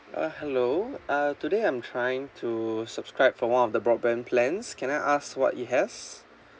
uh hello uh today I'm trying to subscribe for one of the broadband plans can I ask what it has